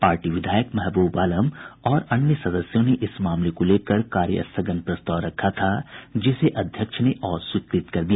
party विधायक महबूब आलम और अन्य सदस्यों ने इस मामले को लेकर कार्यस्थगन प्रस्ताव रखा था जिसे अध्यक्ष ने अस्वीकृत कर दिया